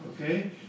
Okay